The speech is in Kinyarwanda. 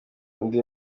undi